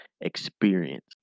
experience